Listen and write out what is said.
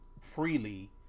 freely